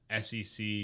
sec